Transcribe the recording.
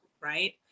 right